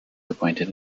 appointed